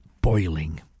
boiling